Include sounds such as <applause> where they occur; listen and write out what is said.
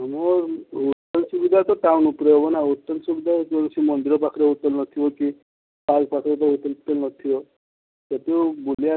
ମୁଁ ହୋଟେଲ୍ ସୁବିଧା ଟାଉନ୍ ଉପରେ <unintelligible> ଆଉ ହୋଟେଲ୍ ସୁବିଧା କୋଉ ସେ ମନ୍ଦିର ପାଖରେ ନଥିବ କି ପାର୍କ ପାଖରେ ହୁଏତ ହୋଟେଲ୍ ନଥିବ ସେଠୁ ବୁଲି ଆସିକି